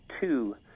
two